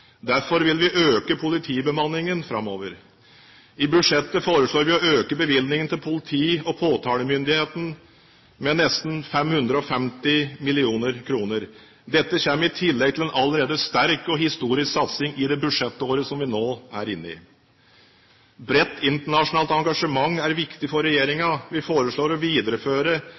Derfor vil vi øke politibemanningen framover. I budsjettet foreslår vi å øke bevilgningene til politiet og påtalemyndighetene med nesten 550 mill. kr. Dette kommer i tillegg til en allerede sterk og historisk satsing i det budsjettåret som vi nå er inne i. Bredt internasjonalt engasjement er viktig for regjeringen. Vi foreslår å videreføre